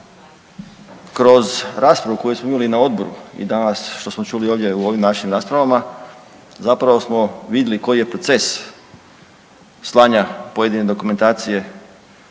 Kroz raspravu koju smo imali na odboru i danas što smo čuli ovdje u ovim našim raspravama zapravo smo vidjeli koji je proces slanja pojedine dokumentacije